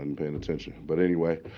and paying attention. but anyway,